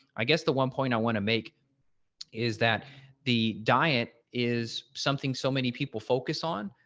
i guess the one point i want to make is that the diet is something so many people focus on,